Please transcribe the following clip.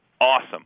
awesome